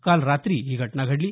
काल रात्री ही घटना घडली